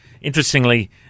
interestingly